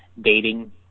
dating